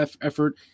effort